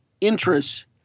interests